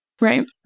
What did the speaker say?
Right